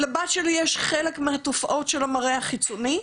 לבת שלי יש חלק מהתופעות של המראה החיצוני.